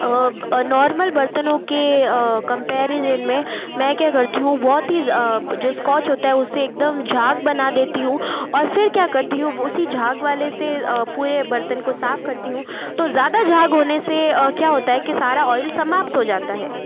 normal बर्तनों के comparison में मैं क्या करती हूँ बहुत ही जो स्कॉच होता है उसे एकदम झाग बना देती हूँ और फिर क्या करती हूँ वो उसी झाग वाले से पूरे बर्तन को साफ करती हूँ तो ज़्यादा झाग होने से क्या होता है कि सारा ऑइल समाप्त हो जाता है